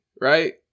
right